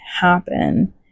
happen